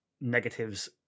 negatives